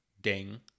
ding